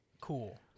cool